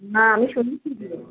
না আমি শুনেছি তো